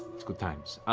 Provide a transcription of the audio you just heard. good times.